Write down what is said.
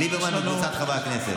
ליברמן וקבוצת חברי הכנסת.